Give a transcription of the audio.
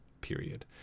Period